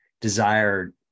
desire